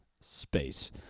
space